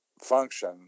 function